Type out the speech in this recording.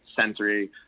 sensory